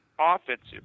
offensive